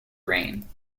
rain